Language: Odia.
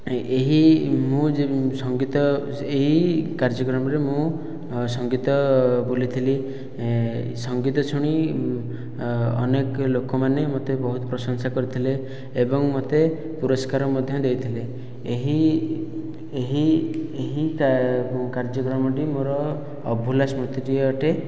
ଏହି ମୁଁ ସଙ୍ଗୀତ ଏହି କାର୍ଯ୍ୟକ୍ରମରେ ମୁଁ ସଙ୍ଗୀତ ବୋଲିଥିଲି ସଙ୍ଗୀତ ଶୁଣି ଅନେକ ଲୋକମାନେ ମୋତେ ବହୁତ ପ୍ରଶଂସା କରିଥିଲେ ଏବଂ ମୋତେ ପୁରସ୍କାର ମଧ୍ୟ ଦେଇଥିଲେ ଏହି ଏହି ଏହି କାର୍ଯ୍ୟକ୍ରମଟି ମୋର ଅଭୁଲା ସ୍ମୃତି ଟିଏ ଅଟେ